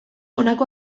honako